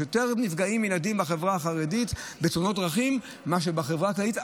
יש יותר נפגעים ילדים בחברה החרדית בתאונות דרכים מאשר בחברה הכללית,